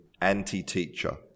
anti-teacher